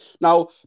Now